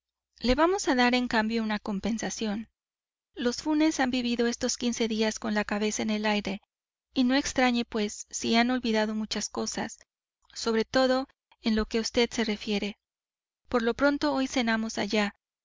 le vamos a dar en cambio una compensación los funes han vivido estos quince días con la cabeza en el aire y no extrañe pues si han olvidado muchas cosas sobre todo en lo que a vd se refiere por lo pronto hoy cenamos allá